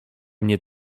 mnie